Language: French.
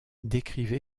décrivent